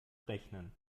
rechnen